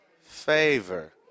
favor